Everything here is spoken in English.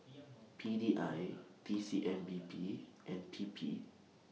P D I T C M B P and P P